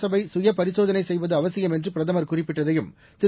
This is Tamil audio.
சபை சுயபரிசோதனை செய்வது அவசியம் என்று பிரதமர் குறிப்பிட்டதையும் திரு